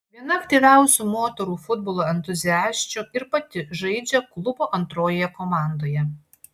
viena aktyviausių moterų futbolo entuziasčių ir pati žaidžia klubo antrojoje komandoje